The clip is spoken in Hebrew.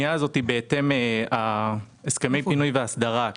מדובר בהסכמי פינוי והפשרות קרקע,